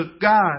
God